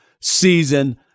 season